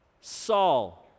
Saul